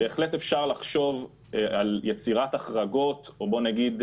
בהחלט אפשר לחשוב על יצירת החרגות או בוא נגיד,